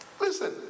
Listen